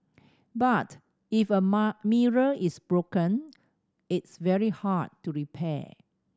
but if a mirror is broken it's very hard to repair